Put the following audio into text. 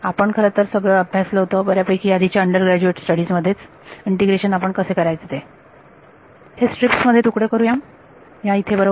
आपण सर्व काही अभ्यासले होते बऱ्यापैकी आधीच्या अंडर ग्रज्युएट स्टडीज मध्ये इंटिग्रेशन आपण कसे करायचे ते हे स्ट्रिप्स मध्ये तुकडे करू ह्या इथे बरोबर